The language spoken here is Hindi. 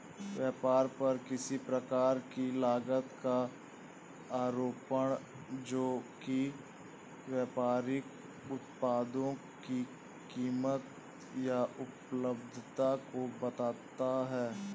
व्यापार पर किसी प्रकार की लागत का आरोपण जो कि व्यापारिक उत्पादों की कीमत या उपलब्धता को बढ़ाता है